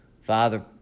Father